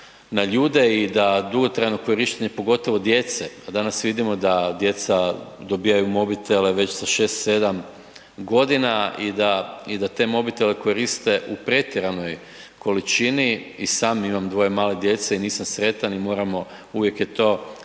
i da dugotrajno korištenje, pogotovo djece, a danas vidimo da djeca dobivaju mobitele sa 6, 7 godina i da te mobitele koriste u pretjeranoj količini. I sam imam dvoje male djece i nisam sretan i moramo, uvijek je to na neki